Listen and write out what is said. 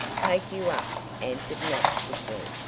take you up! answered nat quickly.